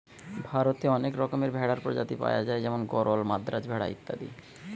ভারতে অনেক রকমের ভেড়ার প্রজাতি পায়া যায় যেমন গরল, মাদ্রাজ ভেড়া ইত্যাদি